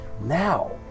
now